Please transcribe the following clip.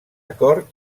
acord